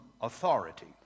authority